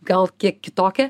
gal kiek kitokia